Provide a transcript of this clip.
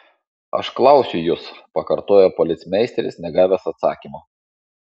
aš klausiu jus pakartojo policmeisteris negavęs atsakymo